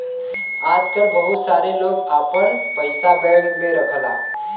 आजकल बहुत सारे लोग आपन पइसा बैंक में रखला